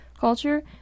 culture